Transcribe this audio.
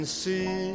see